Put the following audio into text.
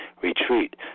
retreat